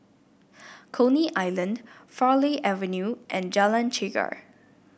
Coney Island Farleigh Avenue and Jalan Chegar